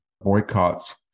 boycotts